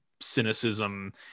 cynicism